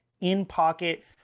in-pocket